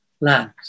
land